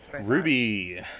Ruby